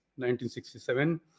1967